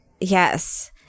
Yes